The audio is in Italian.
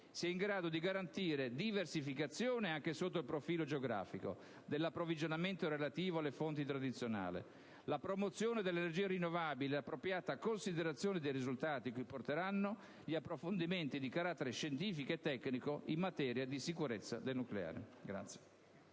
sia in grado di garantire la diversificazione, anche sotto il profilo geografico, dell'approvvigionamento relativo alle fonti tradizionali, la promozione delle energie rinnovabili e l'appropriata considerazione dei risultati a cui porteranno gli approfondimenti di carattere scientifico e tecnico in materia di sicurezza del nucleare.